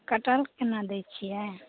कटहल केना दैत छियै